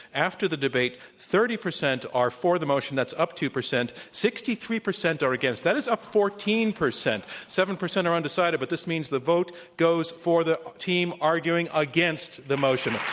after the debate, thirty percent are for the motion, that's up two percent. sixty-three percent are against. that is up fourteen percent. seven percent are undecided, but this means the vote goes for the team arguing against the motion.